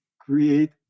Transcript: create